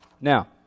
Now